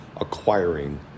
acquiring